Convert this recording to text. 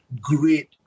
great